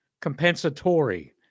Compensatory